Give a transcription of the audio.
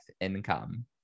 income